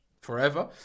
forever